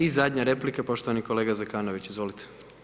I zadnja replika, poštovani kolega Zekanović, izvolite.